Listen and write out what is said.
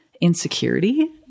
insecurity